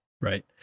right